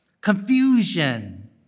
confusion